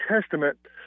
Testament